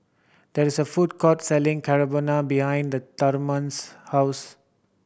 there is a food court selling behind the Thurman's house